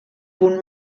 punt